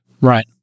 Right